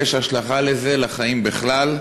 יש לזה השלכה על החיים בכלל.